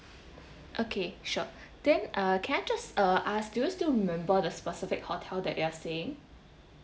okay sure then uh can I just uh ask do you still remember the specific hotel that you're staying